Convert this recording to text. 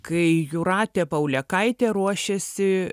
kai jūratė paulėkaitė ruošėsi